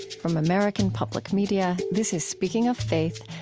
from american public media, this is speaking of faith,